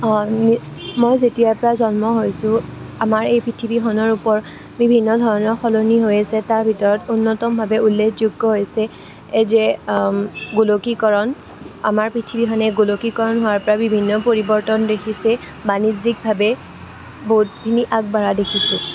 মই যেতিয়াৰ পৰা জন্ম হৈছোঁ আমাৰ এই পৃথিৱীখনৰ ওপৰত বিভিন্ন ধৰণৰ সলনি হৈ আছে তাৰ ভিতৰত অন্যতমভাৱে উল্লেখযোগ্য হৈছে এইযে গোলকীকৰণ আমাৰ পৃথিৱীখনে গোলকীকৰণ হোৱাৰ পৰা বিভিন্ন পৰিৱৰ্তন দেখিছে বাণিজ্যিকভাৱে বহুতখিনি আগবঢ়া দেখিছে